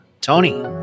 Tony